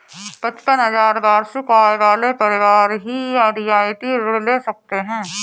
पचपन हजार वार्षिक आय वाले परिवार ही रियायती ऋण ले सकते हैं